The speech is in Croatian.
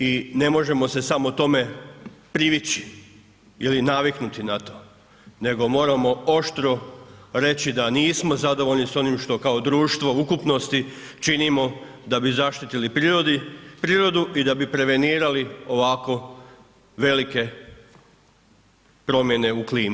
I ne možemo se samo tome privići ili naviknuti na to nego moramo oštro reći da nismo zadovoljni sa onim što kao društvo u ukupnosti činimo da bi zaštitili prirodu i da bi prevenirali ovako velike promjene u klimi.